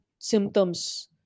symptoms